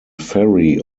ferry